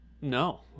No